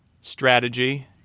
strategy